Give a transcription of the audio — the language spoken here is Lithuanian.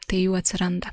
tai jų atsiranda